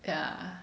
yeah